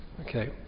Okay